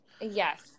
Yes